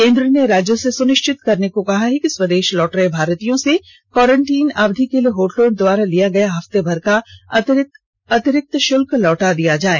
केन्द्र ने राज्यों से सुनिश्चित करने को कहा है कि स्वदेश लौट रहे भारतीयों से क्वारंटीन अवधि के लिए होटलों द्वारा लिया गया हफ्तेमर का अतिरिक्त शुल्क लौटा दिया जाए